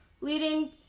leading